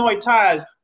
ties